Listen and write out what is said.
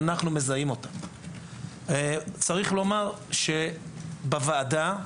צריך לומר שבוועדה,